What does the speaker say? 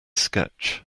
sketch